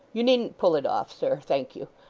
you needn't pull it off, sir, thank you.